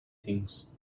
things